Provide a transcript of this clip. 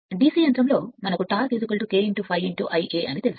DC యంత్రం కోసం మనకు టార్క్ K ∅ Ia తెలుసు